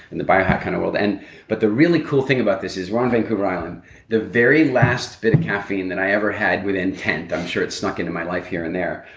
in the bio-hack kind of world. and but the really cool thing about this is we're on vancouver island the very last bit of caffeine that i ever had with intent, i'm sure it's snuck into my life here and there,